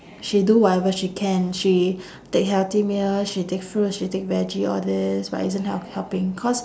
she do whatever she can she take healthy meal she take fruits she take veggie all this but isn't help~ helping cause